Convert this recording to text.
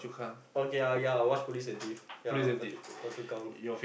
okay uh ya I watch Police-and-Thief ya Phua-Chu Phua-Chu-Kang